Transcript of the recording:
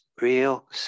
real